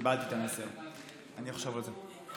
קיבלתי את המסר, אני אחשוב על זה.